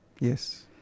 Yes